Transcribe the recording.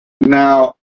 now